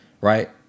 right